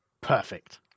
Perfect